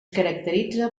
caracteritza